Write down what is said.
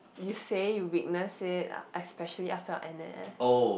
you say you witness it ah especially after your N_S